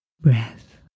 breath